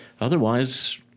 otherwise